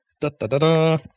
Da-da-da-da